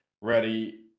ready